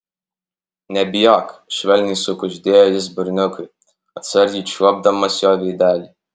nebijok švelniai sukuždėjo jis berniukui atsargiai čiuopdamas jo veidelį